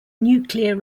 nuclear